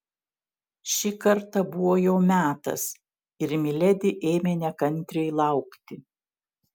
šį kartą buvo jau metas ir miledi ėmė nekantriai laukti